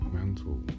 mental